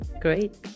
great